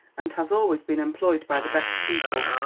and has always been employed by the best people.